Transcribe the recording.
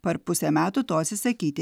per pusę metų to atsisakyti